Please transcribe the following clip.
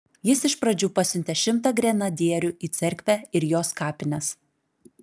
jis iš pradžių pasiuntė šimtą grenadierių į cerkvę ir jos kapines